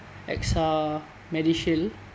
AXA MediShield